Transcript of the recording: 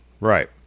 Right